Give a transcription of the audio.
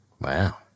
Wow